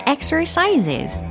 Exercises